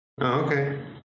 okay